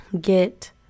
get